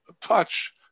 touch